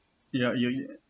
ya you